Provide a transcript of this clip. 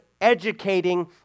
educating